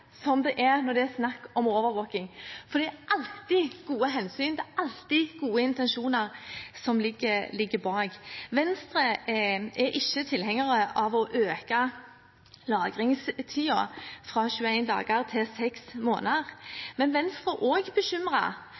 en sak som når det er snakk om overvåking. Det er alltid gode hensyn, det er alltid gode intensjoner, som ligger bak. Venstre er ikke tilhenger av å øke lagringstiden fra 21 dager til 6 måneder, men også Venstre er bekymret for barns rettssikkerhet. Vi er også bekymret for barns personvern, og